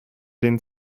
den